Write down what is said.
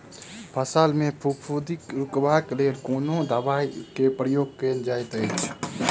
फसल मे फफूंदी रुकबाक लेल कुन दवाई केँ प्रयोग कैल जाइत अछि?